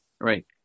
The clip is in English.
Right